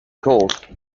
called